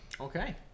Okay